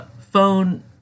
phone